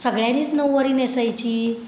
सगळ्यांनीच नऊवारी नेसायची